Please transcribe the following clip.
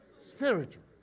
spiritual